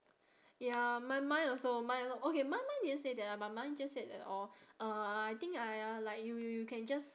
ya mine mine also mine also okay mine mine didn't say that lah but mine just said that oh uh I think I uh like you you can just